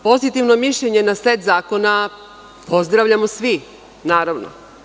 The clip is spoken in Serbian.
Pozitivno mišljenje na set zakona pozdravljamo svi, naravno.